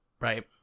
Right